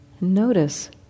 notice